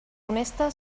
honesta